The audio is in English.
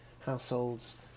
households